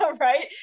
right